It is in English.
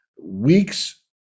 weeks